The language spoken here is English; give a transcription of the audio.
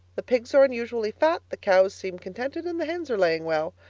the pigs are unusually fat, the cows seem contented and the hens are laying well.